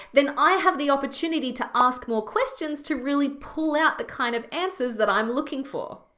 then i have the opportunity to ask more questions to really pull out the kind of answers that i'm looking for.